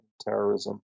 terrorism